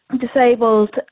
disabled